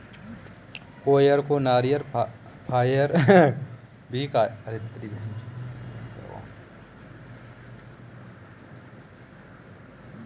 coir को नारियल fibre भी कहा जाता है